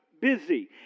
busy